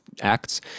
acts